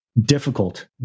difficult